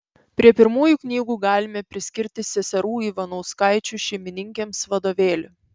prie pirmųjų knygų galime priskirti seserų ivanauskaičių šeimininkėms vadovėlį